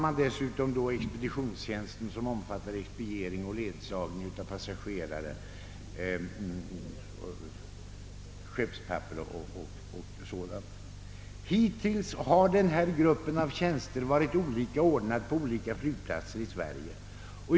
Till detta kommer expeditionstjänst, omfattande expediering och ledsagning av passagerare, behandiing av skeppspapper etc. Hittills har denna grupp av tjänster varit olika ordnad på olika flygplatser i Sverige.